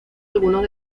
algunos